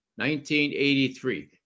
1983